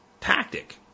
tactic